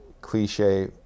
cliche